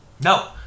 No